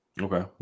Okay